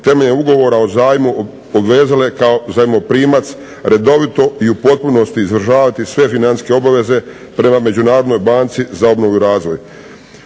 temeljem Ugovora o zajmu obvezale kao zajmoprimac redovito i u potpunosti izvršavati sve financijske obaveze prema Međunarodnoj banci za obnovu i razvoj.